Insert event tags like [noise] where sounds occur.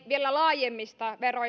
vielä laajemmat verot [unintelligible]